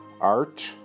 art